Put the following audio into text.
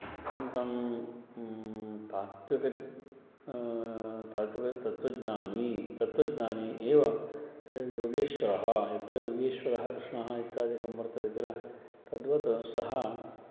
अत्यन्तं तात्त्विकं तात्त्विकं तत्त्वज्ञानी तत्वज्ञानी एव योगेश्वरः यत्र योगेश्वरः कृष्णः इत्यादिकं वर्तते किल तद्वत् सः